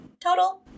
total